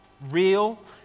real